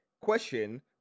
question